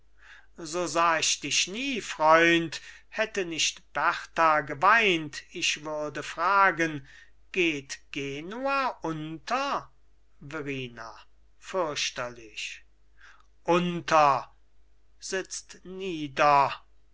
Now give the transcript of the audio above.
so sah ich dich nie freund hätte nicht berta geweint ich würde fragen geht genua unter verrina fürchterlich unter sitzt nieder